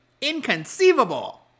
Inconceivable